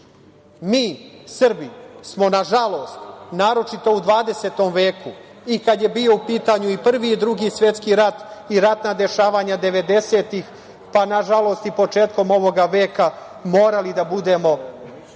Mi Srbi smo, nažalost, naročito u 20. veku i kada je bio u pitanju i Prvi i Drugi svetski rat, i ratna dešavanja 90-ih, pa nažalost i početkom ovoga veka, morali da budemo